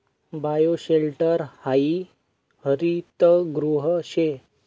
bioshelter हायी हरितगृह शे